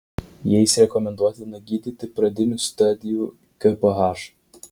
jais rekomenduotina gydyti pradinių stadijų gph